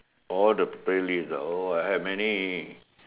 oh the playlist ah oh I have many